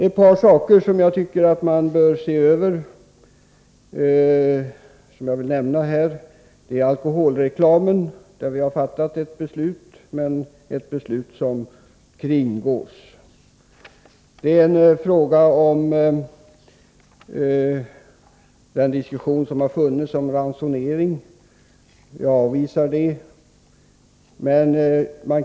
En sak som jag tycker man bör se på är alkoholreklamen. Vi har fattat ett beslut, men detta kringgås. Det har förts en diskussion om ransonering, men vi avvisar tanken på en sådan.